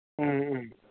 ꯎꯝ ꯎꯝ